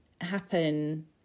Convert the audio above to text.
happen